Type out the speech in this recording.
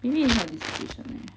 maybe is not dissertation eh